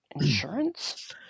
insurance